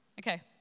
Okay